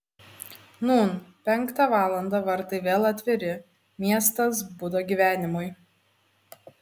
nūn penktą valandą vartai vėl atviri miestas budo gyvenimui